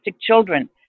children